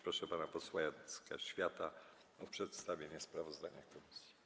Proszę pana posła Jacka Świata o przedstawienie sprawozdania komisji.